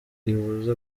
rihuza